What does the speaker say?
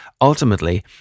ultimately